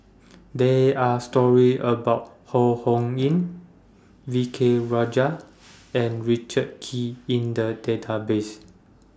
There Are stories about Ho Ho Ying V K Rajah and Richard Kee in The Database